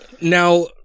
now